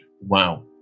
Wow